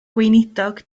gweinidog